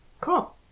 cool